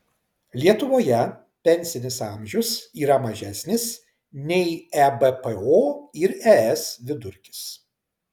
lietuvoje pensinis amžius yra mažesnis nei ebpo ir es vidurkis